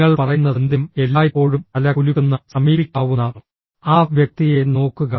നിങ്ങൾ പറയുന്നതെന്തിനും എല്ലായ്പ്പോഴും തല കുലുക്കുന്ന സമീപിക്കാവുന്ന ആ വ്യക്തിയെ നോക്കുക